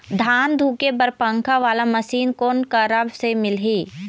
धान धुके बर पंखा वाला मशीन कोन करा से मिलही?